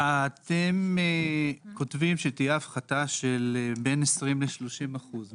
אתם כותבים שתהיה הפחתה של בין 20 ל-30 אחוזים.